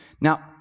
Now